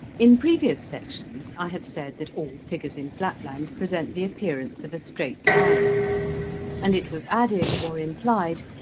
in previous sections i have said that all figures in flatland present the appearance of a straight line and it was added or implied,